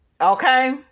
okay